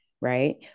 Right